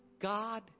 God